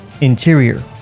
Interior